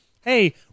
Hey